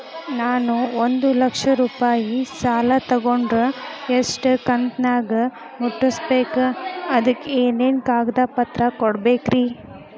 ನಾನು ಒಂದು ಲಕ್ಷ ರೂಪಾಯಿ ಸಾಲಾ ತೊಗಂಡರ ಎಷ್ಟ ಕಂತಿನ್ಯಾಗ ಮುಟ್ಟಸ್ಬೇಕ್, ಅದಕ್ ಏನೇನ್ ಕಾಗದ ಪತ್ರ ಕೊಡಬೇಕ್ರಿ?